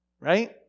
right